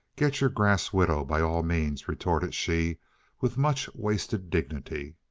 get your grass widow by all means, retorted she with much wasted dignity.